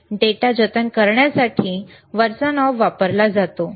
data जतन करण्यासाठी वरचा नॉब वापरला जातो